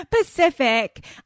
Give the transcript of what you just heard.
Pacific